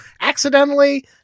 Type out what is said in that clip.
accidentally